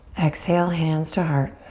exhale, hands to heart.